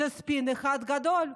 זה ספין אחד גדול.